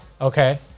Okay